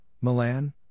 Milan